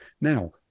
now